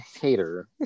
hater